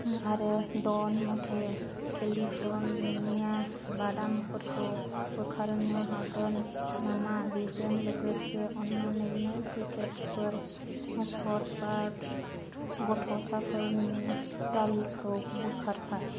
आरो ड'न म'न्टे केलिफर्निया बादामफोरखौ बोखारनो हागोन नामा बेजों लोगोसे अन्नानै नै पेकेटफोर सत बाइत्स गथ'साफोरनि दालिखौ बोखारफा